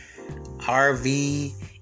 RV